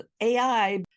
AI